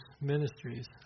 ministries